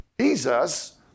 Jesus